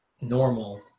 normal